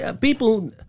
people